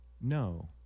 no